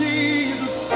Jesus